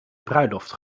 bruiloft